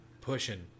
pushing